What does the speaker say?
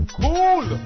cool